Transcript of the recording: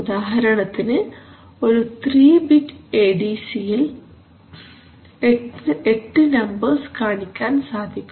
ഉദാഹരണത്തിന് ഒരു 3 bit A D സിയിൽ 8 നമ്പർസ് കാണിക്കാൻ സാധിക്കും